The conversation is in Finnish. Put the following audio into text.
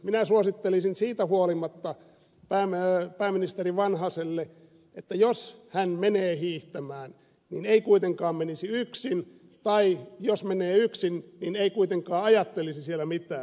minä suosittelisin siitä huolimatta pääministeri vanhaselle että jos hän menee hiihtämään niin ei kuitenkaan menisi yksin tai jos menee yksin niin ei kuitenkaan ajattelisi siellä mitään